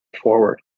forward